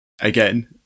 again